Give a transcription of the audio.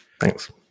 Thanks